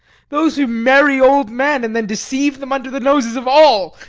those who marry old men and then deceive them under the noses of all,